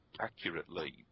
accurately